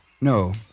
No